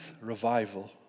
revival